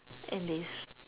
end this